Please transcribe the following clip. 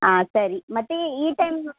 ಹಾಂ ಸರಿ ಮತ್ತೆ ಈ ಟೈಮ್